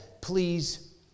Please